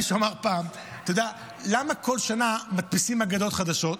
מישהו אמר פעם: למה בכל שנה מדפיסים הגדות חדשות?